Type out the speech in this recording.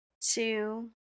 Two